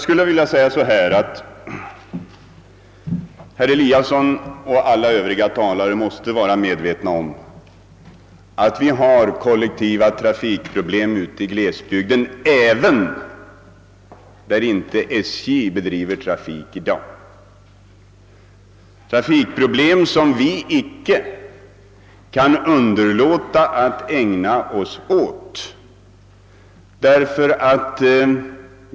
Herr Eliasson i Sundborn och övriga talare i detta ärende måste vara medvetna om att vi har kollektiva trafikproblem ute i glesbygden även på sådana ställen där SJ i dag inte bedriver någon trafik. Inte heller dessa problem kan vi underlåta att ägna oss åt.